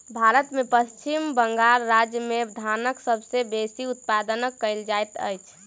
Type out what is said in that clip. भारत में पश्चिम बंगाल राज्य में धानक सबसे बेसी उत्पादन कयल जाइत अछि